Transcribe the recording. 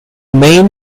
main